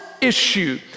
issue